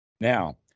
Now